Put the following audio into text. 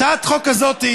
הצעת החוק הזאת,